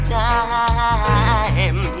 time